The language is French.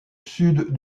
sud